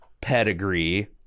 pedigree